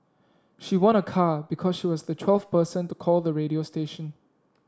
she won a car because she was the twelfth person to call the radio station